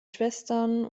schwestern